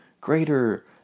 greater